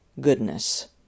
goodness